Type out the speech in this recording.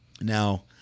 Now –